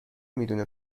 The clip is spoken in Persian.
میدونه